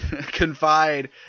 confide